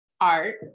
art